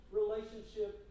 relationship